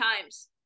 times